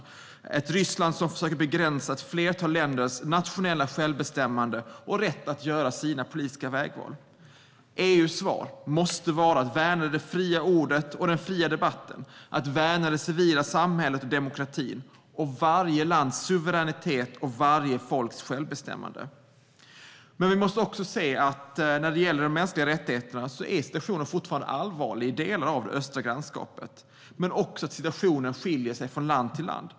Det är ett Ryssland som försöker begränsa ett flertal länders nationella självbestämmande och rätt att göra sina politiska vägval. EU:s svar måste vara att värna det fria ordet och den fria debatten, att värna det civila samhället och demokratin, varje lands suveränitet och varje folks självbestämmande. Vi måste också se att när det gäller de mänskliga rättigheterna är situationen fortfarande allvarlig i delar av det östra grannskapet och att situationen skiljer sig från land till land.